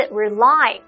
rely